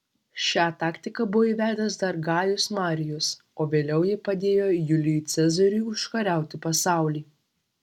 šią taktiką buvo įvedęs dar gajus marijus o vėliau ji padėjo julijui cezariui užkariauti pasaulį